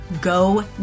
go